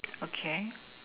okay